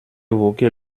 évoqué